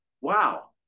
Wow